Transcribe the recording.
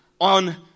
on